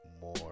more